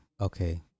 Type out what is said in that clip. okay